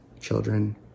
children